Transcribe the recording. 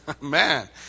Man